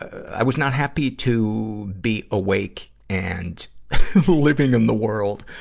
i was not happy to be awake and living in the world.